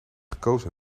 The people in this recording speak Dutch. gekozen